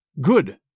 Good